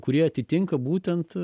kurie atitinka būtent